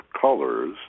colors